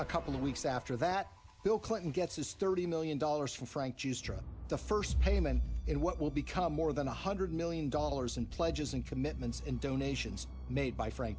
a couple of weeks after that bill clinton gets his thirty million dollars from frank the first payment in what will become more than one hundred million dollars in pledges and commitments in donations made by frank